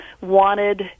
wanted